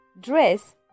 dress